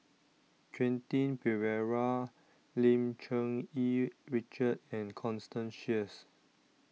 Quentin Pereira Lim Cherng Yih Richard and Constance Sheares